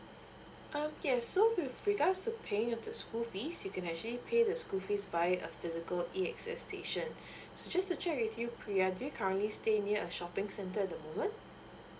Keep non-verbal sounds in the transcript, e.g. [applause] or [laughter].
okay so with regards the paying of the school fees you can actually pay the school fees by a physical A_X_S station [breath] so just to check with you pria do you currently stay near a shopping center at the moment